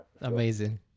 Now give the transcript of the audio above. Amazing